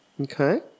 Okay